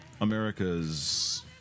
America's